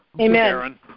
Amen